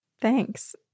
Thanks